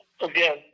again